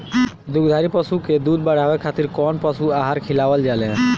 दुग्धारू पशु के दुध बढ़ावे खातिर कौन पशु आहार खिलावल जाले?